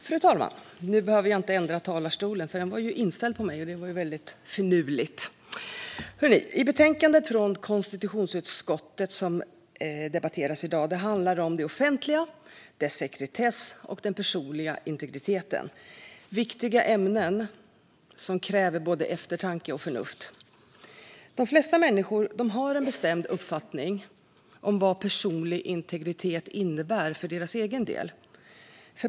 Fru talman! Det betänkande från konstitutionsutskottet som debatteras i dag handlar om det offentliga, dess sekretess och den personliga integriteten. Det är viktiga ämnen som kräver både eftertanke och förnuft. De flesta människor har en bestämd uppfattning om vad personlig integritet innebär för deras egen del.